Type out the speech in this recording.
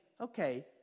okay